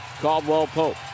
Caldwell-Pope